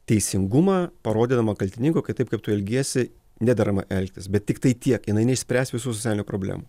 teisingumą parodydama kaltininko kai taip kaip tu elgiesi nederama elgtis bet tiktai tiek jinai neišspręs visų socialinių problemų